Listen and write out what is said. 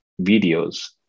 videos